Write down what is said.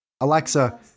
Alexa